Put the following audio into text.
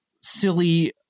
silly